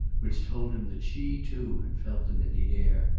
which told him that she too had felt them in the air,